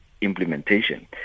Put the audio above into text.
implementation